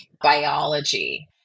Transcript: biology